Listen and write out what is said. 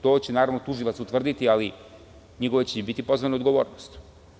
To će naravno tužilac utvrditi, ali knjigovođa će biti pozvan na odgovornost.